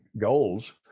goals